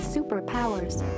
Superpowers